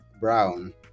brown